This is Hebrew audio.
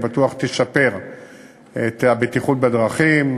אני בטוח שהיא תשפר את הבטיחות בדרכים